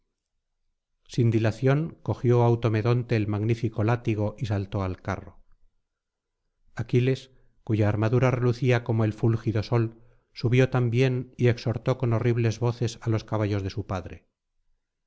sin dilación cogió automedonte el magnífico látigo y saltó al carro aquiles cuya armadura relucía como el fúlgido sol subió también y exhortó con horribles voces á los caballos de su padre